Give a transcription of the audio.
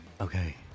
okay